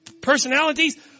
personalities